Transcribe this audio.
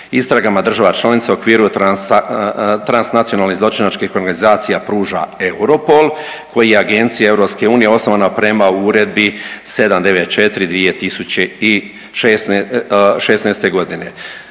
istragama država članica u okviru trans nacionalne zločinačke konverzacija pruža EUROPOL koji je agencija EU osnovana prema Uredbi 794/2016 godine.